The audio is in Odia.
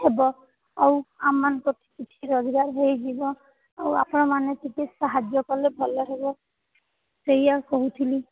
ହେବ ଆଉ ଆମମାନଙ୍କର କିଛି କିଛି ରୋଜଗାର ହୋଇଯିବ ଆଉ ଆପଣମାନେ ଟିକେ ସାହାଯ୍ୟ କଲେ ଭଲ ହେବ ସେଇୟା କହୁଥିଲି